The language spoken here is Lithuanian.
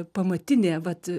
pamatinė vat